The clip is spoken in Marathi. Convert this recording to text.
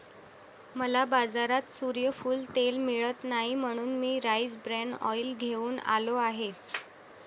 मला बाजारात सूर्यफूल तेल मिळत नाही म्हणून मी राईस ब्रॅन ऑइल घेऊन आलो आहे